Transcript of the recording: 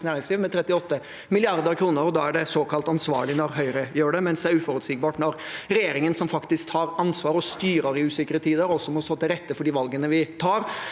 med 38 mrd. kr. Da er det såkalt ansvarlig når Høyre gjør det, mens det er uforutsigbart når regjeringen – som faktisk tar ansvar og styrer i usikre tider, og også må stå til rette for de valgene vi tar